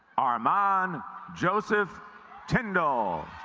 armand joseph tyndale